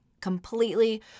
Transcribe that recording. Completely